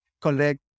collect